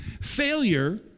failure